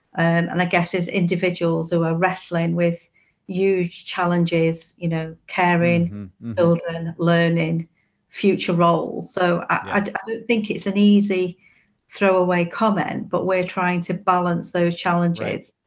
um i guess as individuals who are wrestling with huge challenges. you know caring for children, learning future roles. so i don't think it's an easy throwaway comment, but we're trying to balance those challenges.